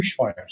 bushfires